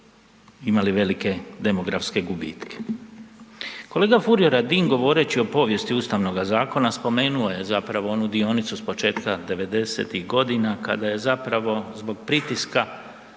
imali velike demografske gubitke. Kolega Furio Radin govoreći o povijesti Ustavnog zaklona, spomenuo je zapravo onu dionicu s početka 90-ih godina kada je zapravo zbog pritiska